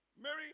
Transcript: Mary